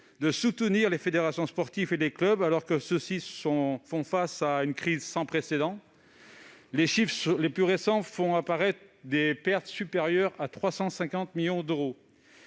de soutenir les fédérations sportives et les clubs, alors que ceux-ci font face à une crise sans précédent : les chiffres les plus récents font apparaître des pertes supérieures à 350 millions d'euros.